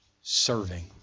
serving